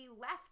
left